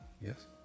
yes